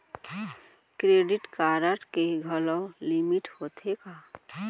Credit card के घलव limit होथे का?